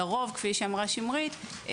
לרוב כפי שאמרה שמרית,